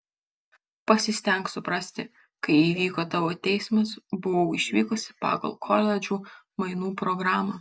pasistenk suprasti kai įvyko tavo teismas buvau išvykusi pagal koledžų mainų programą